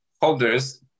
holders